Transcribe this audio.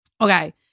Okay